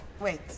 Wait